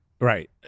Right